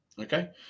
okay